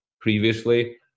previously